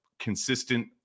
consistent